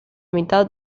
mitad